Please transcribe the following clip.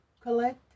Collect